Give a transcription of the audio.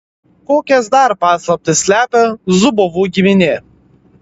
kokias dar paslaptis slepia zubovų giminė